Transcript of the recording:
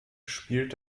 spielt